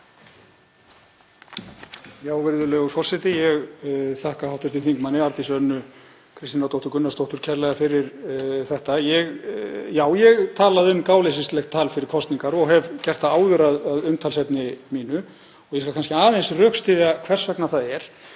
Virðulegur forseti. Ég þakka hv. þm. Arndísi Önnu Kristínardóttur Gunnarsdóttur kærlega fyrir þetta. Já, ég talaði um gáleysislegt tal fyrir kosningar og hef gert það áður að umtalsefni mínu og skal aðeins rökstyðja hvers vegna það er.